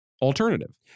alternative